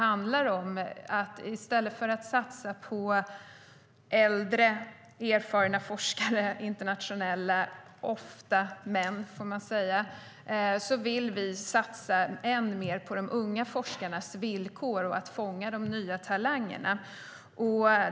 I stället för att satsa på äldre erfarna internationella forskare, ofta män, vill vi satsa än mer på de unga forskarnas villkor och att fånga in de nya talangerna.